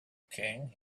king